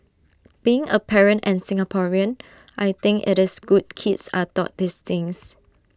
being A parent and Singaporean I think IT is good kids are taught these things